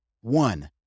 One